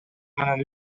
менен